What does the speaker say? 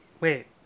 Wait